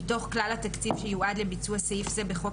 מתוך כלל התקציב שיועד לביצוע סעיף זה בחוק